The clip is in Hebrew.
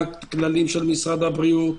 מה הכללים של משרד הבריאות.